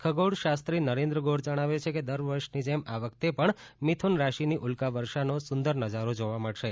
ખગોળશાસ્ત્રી નરેન્દ્ર ગોર જણાવે છે કે દર વર્ષની જેમ આ વખતે પણ મિથુન રાશિની ઉલ્કા વર્ષાનો સુંદર નજારો જોવા મળશે